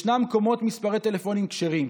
ישנם מקומות עם מספרי טלפונים כשרים,